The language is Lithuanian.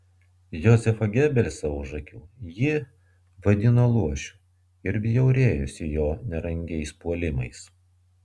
jozefą gebelsą už akių ji vadino luošiu ir bjaurėjosi jo nerangiais puolimais